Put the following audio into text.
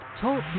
Talk